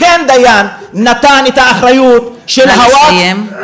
לכן דיין נתן את האחריות לווקף, נא לסיים.